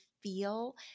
feel